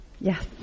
Yes